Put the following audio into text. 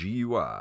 GUI